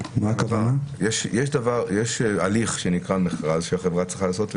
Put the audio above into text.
יש הליך שנקרא מכרז שהחברה צריכה לעשות,